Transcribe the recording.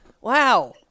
Wow